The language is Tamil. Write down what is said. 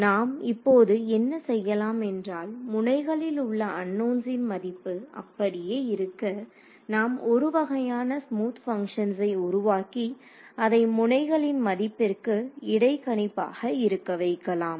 நாம் இப்போது என்ன செய்யலாம் என்றால் முனைகளில் உள்ள அன்நோன்ஸின் மதிப்பு அப்படியே இருக்க நாம் ஒரு வகையான ஸ்மூத் பங்க்ஷன்ஸை உருவாக்கி அதை முனைகளின் மதிப்பிற்கு இடைக்கணிப்பாக இருக்க வைக்கலாம்